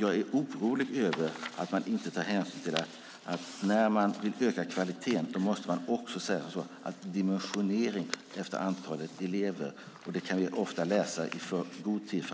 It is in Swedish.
Jag är orolig över att man inte tar hänsyn till detta. När man vill öka kvaliteten måste man också göra en dimensionering efter antalet elever. Det kan vi ofta ta reda på i god tid.